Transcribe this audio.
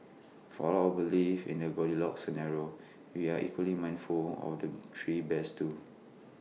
for all our belief in A goldilocks scenario we are equally mindful of the three bears too